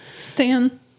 Stan